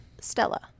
stella